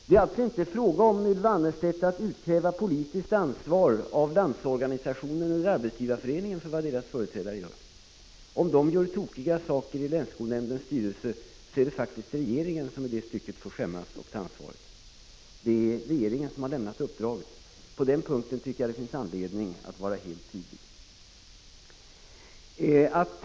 Det är allså inte, Ylva Annerstedt, fråga om att utkräva politiskt ansvar av Landsorganisationen eller Arbetsgivareföreningen för vad deras företrädare gör. Om dessa gör tokiga saker i länsskolnämndens styrelse, är det regeringen som får ta skammen och ansvaret för detta, eftersom det är regeringen som har givit uppdraget. Jag tycker att det finns anledning att vara helt tydlig på den punkten.